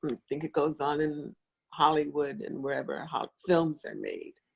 i think it goes on in hollywood and wherever films are made.